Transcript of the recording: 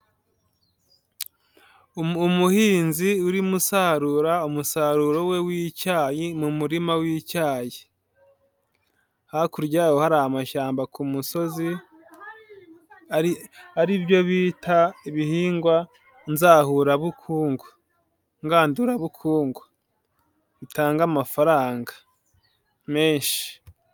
Umuhinzi urimo usarura umusaruro we w'icyayi mu murima w'icyayi. Hakurya yaho hari amashyamba ku musozi, ari byo bita ibihingwa nzahurabukungu, ngandurabukungu, bitangage amafaranga, menshi.